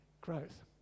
growth